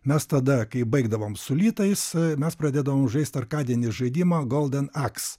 mes tada kai baigdavom su litais mes pradėdavom žaist arkadinį žaidimą golden eks